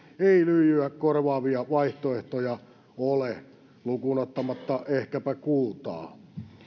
ei lyijyä korvaavia vaihtoehtoja ole lukuun ottamatta ehkäpä kultaa